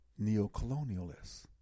neocolonialists